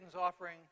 offering